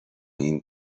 این